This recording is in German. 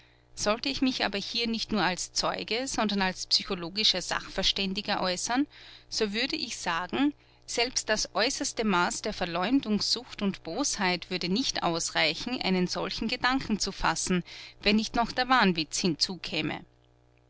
sollte ich mich aber hier nicht nur als zeuge sondern als psychologischer sachverständiger äußern so würde ich sagen selbst das äußerste maß der verleumdungssucht und bosheit würde nicht ausreichen einen solchen gedanken zu fassen wenn nicht noch der wahnwitz